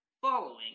following